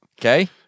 Okay